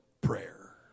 prayer